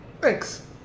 Thanks